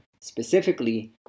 Specifically